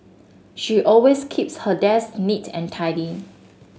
she always keeps her desk neat and tidy